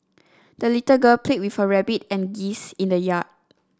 the little girl played with her rabbit and geese in the yard